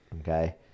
Okay